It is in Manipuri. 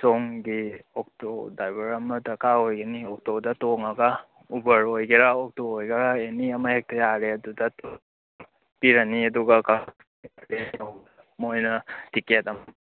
ꯁꯣꯝꯒꯤ ꯑꯣꯇꯣ ꯗ꯭ꯔꯥꯏꯚꯔ ꯑꯃ ꯗꯔꯀꯥꯔ ꯑꯣꯏ ꯑꯣꯇꯣꯗ ꯇꯣꯡꯉꯒ ꯎꯕꯔ ꯑꯣꯏꯒꯦꯔꯥ ꯑꯣꯇꯣ ꯑꯣꯏꯒꯦꯔꯥ ꯑꯅꯤ ꯑꯃ ꯍꯦꯛꯇ ꯌꯥꯔꯦ ꯑꯗꯨꯗ ꯄꯤꯔꯅꯤ ꯑꯗꯨꯒ ꯀꯥꯛꯆꯤꯡ ꯍꯦꯛ ꯌꯧꯕꯒ ꯃꯣꯏꯅ ꯇꯤꯀꯦꯠ